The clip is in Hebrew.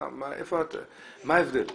מה ההבדל?